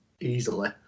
Easily